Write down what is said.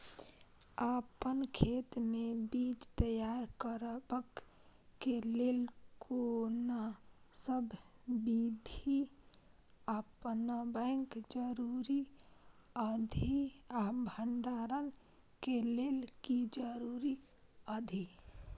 अपन खेत मे बीज तैयार करबाक के लेल कोनसब बीधी अपनाबैक जरूरी अछि आ भंडारण के लेल की जरूरी अछि?